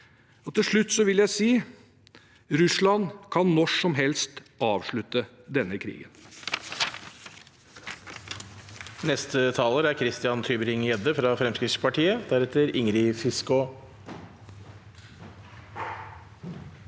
Til slutt vil jeg si: Russland kan når som helst avslutte denne krigen.